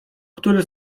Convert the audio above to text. który